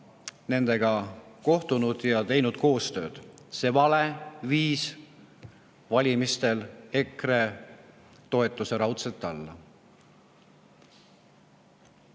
nendega kohtunud ja teinud nendega koostööd. See vale viis valimistel EKRE toetuse raudselt alla.